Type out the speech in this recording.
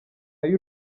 y’u